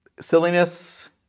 Silliness